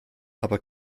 aber